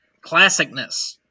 Classicness